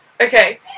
Okay